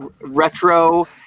retro